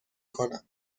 کنم